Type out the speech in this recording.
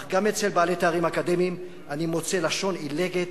אך גם אצל בעלי תארים אקדמיים אני מוצא לשון עילגת,